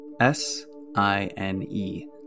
S-I-N-E